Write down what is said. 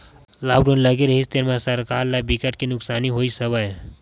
lockdown लगे रिहिस तेन म सरकार ल बिकट के नुकसानी होइस हवय